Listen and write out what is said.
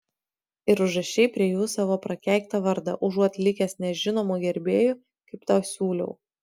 ir užrašei prie jų savo prakeiktą vardą užuot likęs nežinomu gerbėju kaip tau siūliau